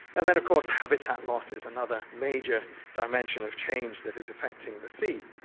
and then of course habitat loss is another major dimension of change that is affecting the sea.